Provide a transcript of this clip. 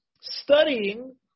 studying